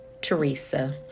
Teresa